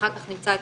אחר כך נשמע את